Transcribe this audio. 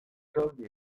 tomm